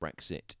Brexit